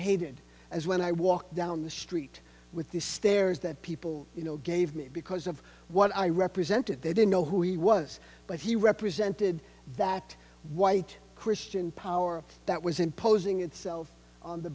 hated as when i walked down the street with these stairs that people you know gave me because of what i represented they didn't know who he was but he represented that white christian power that was imposing itself on the